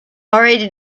already